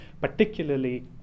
particularly